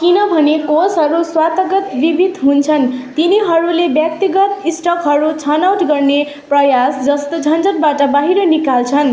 किनभने कोषहरू स्वत विविध हुन्छन् तिनीहरूले व्यक्तिगत स्टकहरू छनौट गर्ने प्रयास जस्तो झन्झटबाट बाहिर निकाल्छन्